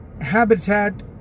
habitat